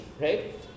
right